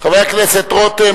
חבר הכנסת רותם,